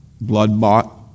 Blood-bought